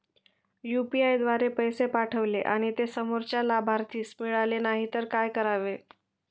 UPI द्वारे पैसे पाठवले आणि ते समोरच्या लाभार्थीस मिळाले नाही तर काय करावे?